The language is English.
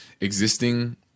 Existing